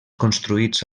construïts